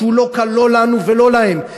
שהוא לא קל לא לנו ולא להם,